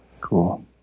Cool